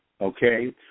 Okay